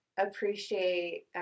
Appreciate